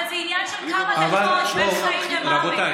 אבל זה עניין של כמה דקות בין חיים למוות,